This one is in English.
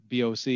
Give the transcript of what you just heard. BOC